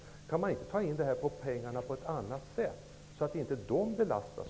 Kan pengarna inte tas in på annat sätt, så att nämnda grupper inte behöver belastas?